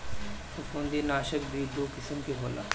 फंफूदनाशक भी दू किसिम के होला